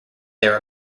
their